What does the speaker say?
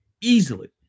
easily